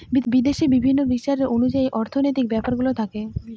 বিদেশে বিভিন্ন বিচার অনুযায়ী অর্থনৈতিক ব্যাপারগুলো থাকে